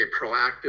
proactive